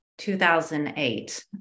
2008